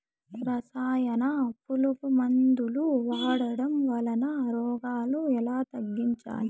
రసాయన పులుగు మందులు వాడడం వలన రోగాలు ఎలా తగ్గించాలి?